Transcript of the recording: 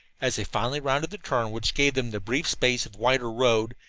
as they finally rounded the turn which gave them the brief space of wider road,